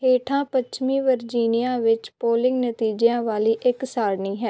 ਹੇਠਾਂ ਪੱਛਮੀ ਵਰਜੀਨੀਆ ਵਿੱਚ ਪੋਲਿੰਗ ਨਤੀਜਿਆਂ ਵਾਲੀ ਇੱਕ ਸਾਰਣੀ ਹੈ